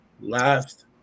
last